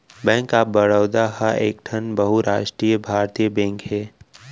bank of Baroda ह एकठन बहुरास्टीय भारतीय बेंक हे